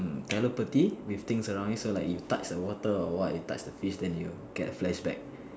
mm telepathy with things around you so like you touch the water or what you touch the fish then you get a flashback